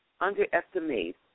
underestimate